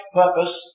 purpose